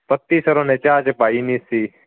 ਪੱਤੀ ਸਰ ਉਹਨੇ ਚਾਹ 'ਚ ਪਾਈ ਨਹੀਂ ਸੀ